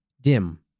dim